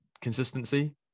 consistency